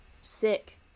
Sick